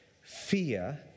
fear